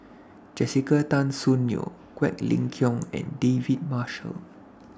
Jessica Tan Soon Neo Quek Ling Kiong and David Marshall